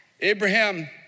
Abraham